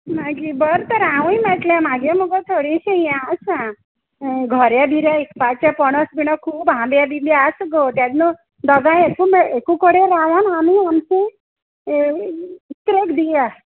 मागीर बरें तर हांवूय मेळट्लें मागे मुगो थोडीशीं यें आसा घरे बिरे इकपाचे पणस बिण खूब आंबे बिंबे आस गो तेन्न न्हय दोगांय एकू मे एकू कडेन राव आं मा आमी आमची इक्रेक दिया